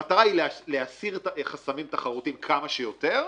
המטרה היא להסיר חסמים תחרותיים כמה שיותר,